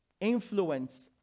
influence